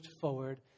forward